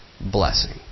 blessing